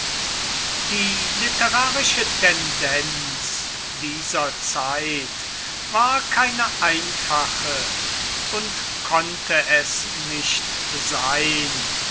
die literarische tendenz dieser zeit war keine einfache und konnte es nicht sein